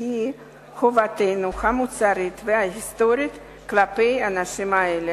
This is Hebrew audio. הוא חובתנו המוסרית וההיסטורית כלפי אנשים אלה.